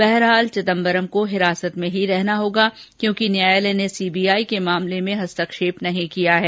बहरहाल चिदंबरम को हिरासत में ही रहना होगा क्योंकि न्यायालय ने सीबीआई के मामले में हस्तक्षेप नहीं किया है